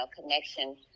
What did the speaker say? connection